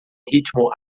ritmo